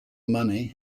money